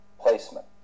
placement